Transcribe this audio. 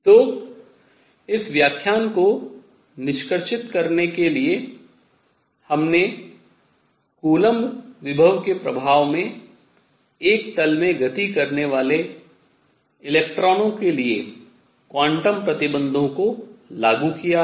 तो इस व्याख्यान को निष्कर्षित करने के लिए हमने कूलम्ब विभव के प्रभाव में एक तल में गति करने वाले इलेक्ट्रॉन के लिए क्वांटम प्रतिबंधों को लागू किया है